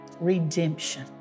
redemption